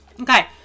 Okay